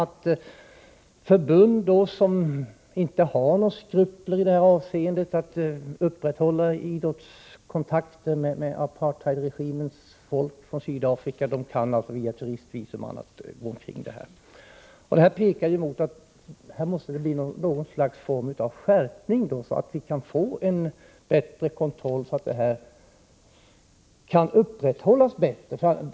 a. kan förbund som inte har några skrupler inför att upprätthålla idrottskontakter med personer från apartheidregimens Sydafrika kringgå bestämmelserna i fall där turistvisum används. Detta pekar hän emot att en skärpning av kontrollen måste genomföras.